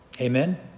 Amen